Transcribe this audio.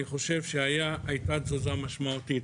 אני חושב שהייתה תזוזה משמעותית.